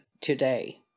today